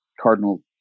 Cardinal